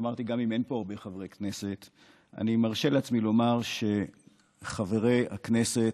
שחברי הכנסת,